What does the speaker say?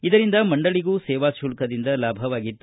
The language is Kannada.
ಇದರಿಂದ ಮಂಡಳಿಗೂ ಸೇವಾತುಲ್ಲದಿಂದ ಲಾಭವಾಗಿತ್ತು